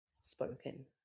spoken